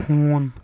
ہوٗن